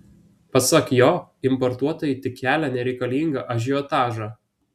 pasak jo importuotojai tik kelia nereikalingą ažiotažą